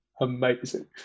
Amazing